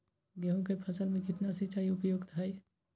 गेंहू के फसल में केतना सिंचाई उपयुक्त हाइ?